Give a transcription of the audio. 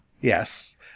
Yes